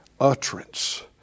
utterance